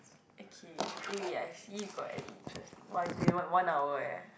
okay eh wait I see we got any interesting !wah! it's been one one hour eh